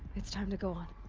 it's time to go on.